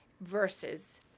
Versus